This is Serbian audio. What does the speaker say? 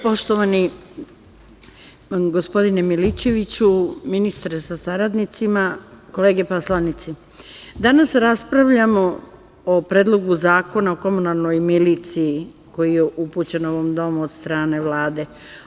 Poštovani gospodine Milićeviću, ministre sa saradnicima, kolege poslanici, danas raspravljamo o Predlogu zakona o komunalnoj miliciji, koji je upućen ovom domu od strane Vlade.